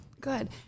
Good